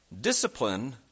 discipline